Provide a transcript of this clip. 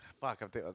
fuck